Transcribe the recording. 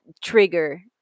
trigger